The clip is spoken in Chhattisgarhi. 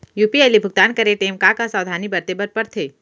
यू.पी.आई ले भुगतान करे टेम का का सावधानी बरते बर परथे